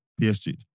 PSG